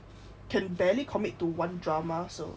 can barely commit to one drama so